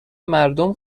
مردم